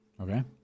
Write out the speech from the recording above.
Okay